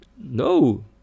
No